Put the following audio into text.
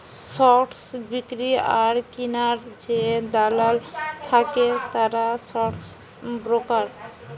stock বিক্রি আর কিনার যে দালাল থাকে তারা স্টক ব্রোকার